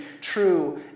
true